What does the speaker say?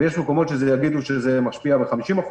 ויש מקומות שיגידו שזה משפיע ב-50%,